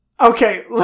Okay